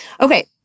Okay